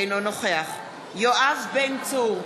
אינו נוכח יואב בן צור,